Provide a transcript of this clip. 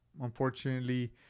unfortunately